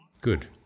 Good